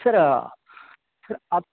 سر sir آپ